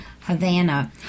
Havana